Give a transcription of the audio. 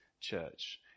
church